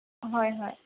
হয় হয়